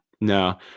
no